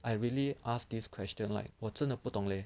I really ask this question like 我真的不懂 leh